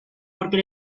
porque